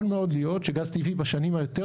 יכול מאוד להיות שגז טבעי בשנים היותר